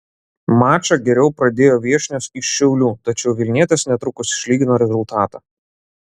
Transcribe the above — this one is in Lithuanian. mačą geriau pradėjo viešnios iš šiaulių tačiau vilnietės netrukus išlygino rezultatą